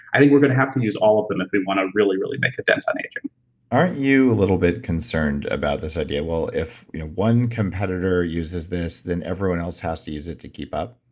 i think we're going to have to use all of them if we want to really, really make a dent on aging aren't you a little bit concerned about this idea? well, if one competitor uses this, then everyone else has to use it to keep up?